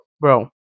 bro